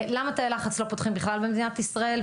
למה תאי לחץ לא פותחים בכלל במדינת ישראל,